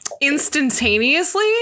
instantaneously